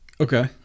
Okay